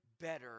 better